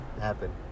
happen